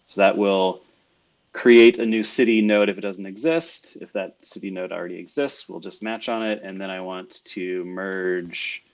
that will create a new city node if it doesn't exist. if that city node already exists, we'll just match on it. and then i want to merge,